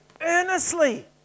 earnestly